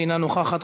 אינה נוכחת,